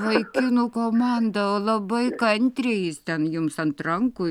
vaikinų komanda o labai kantriai jis ten jums ant rankų